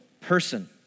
person